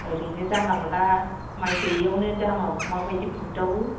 ओरैनो जानला मोनला माइ गोयैआवनो दामा माबायदि बुग्दावो